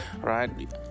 Right